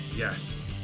Yes